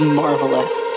marvelous